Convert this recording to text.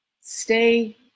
stay